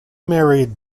married